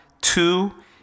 two